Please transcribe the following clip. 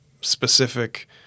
specific